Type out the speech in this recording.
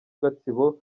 gatsibo